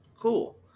Cool